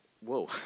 whoa